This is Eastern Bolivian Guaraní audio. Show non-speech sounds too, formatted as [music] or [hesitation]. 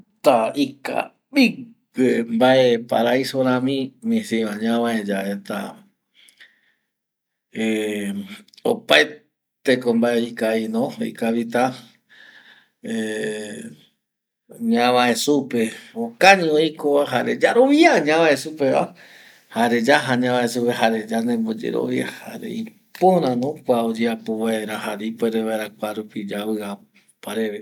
Taa ikavigue mbae paraiso rami misi va ñavae yave ta [hesitation] opaete ko mbae ikavino no, ikavita [hesitation] ñavae supe okañi oiko va jare yaroviaa ñavae supe va jare yaja ñavae supe, jare yanemboyerovia jare ipora no kua oyeapo vaera jare ipuere vaera kuarupi yavia opareve